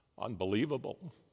Unbelievable